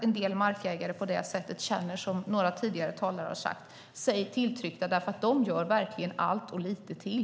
En del markägare känner sig tilltryckta, som några tidigare talare har sagt, för de gör verkligen allt och lite till.